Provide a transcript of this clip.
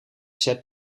set